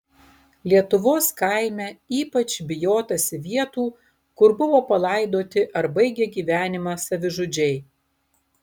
lietuvos kaime ypač bijotasi vietų kur buvo palaidoti ar baigė gyvenimą savižudžiai